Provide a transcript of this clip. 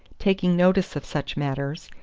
taking notice of such matters,